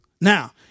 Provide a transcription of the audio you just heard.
Now